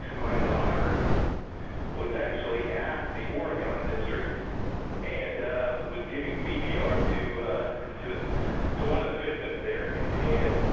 my daughter was actually at the oregon district and was giving cpr to two to one of the victims there and